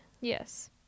Yes